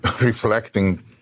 reflecting